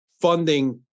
funding